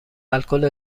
الکل